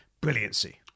brilliancy